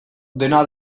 dena